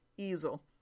easel